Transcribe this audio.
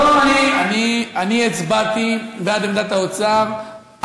לא, אני הצבעתי בעד עמדת האוצר.